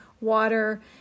water